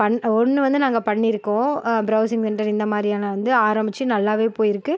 பண் ஒன்று வந்து நாங்கள் பண்ணியிருக்கோம் ப்ரௌசிங் சென்டர் இந்த மாதிரியான வந்து ஆரமிச்சு நல்லாவே போயிருக்கு